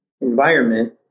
environment